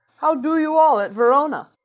how do you all at verona?